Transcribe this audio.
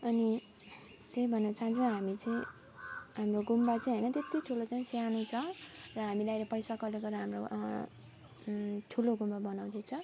अनि त्यही भनेछ र हामी चाहिँ हाम्रो गुम्बा चाहिँ होइन त्यति ठुलो छैन सानै छ र हामीले अहिले पैसा कलेक्ट गरेर हाम्रो ठुलो गुम्बा बनाउँदैछ